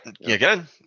again